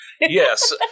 Yes